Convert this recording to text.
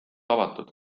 avatud